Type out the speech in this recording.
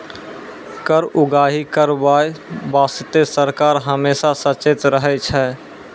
कर उगाही करबाय बासतें सरकार हमेसा सचेत रहै छै